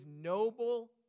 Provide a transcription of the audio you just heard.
noble